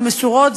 הן מסורות.